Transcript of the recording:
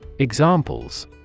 Examples